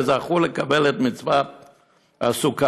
וזכו לקבל את מצוות הסוכה.